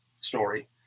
story